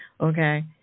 Okay